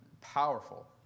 Powerful